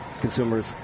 Consumers